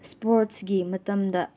ꯏꯁꯄꯣꯔꯠꯁꯀꯤ ꯃꯇꯝꯗ